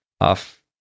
off